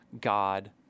God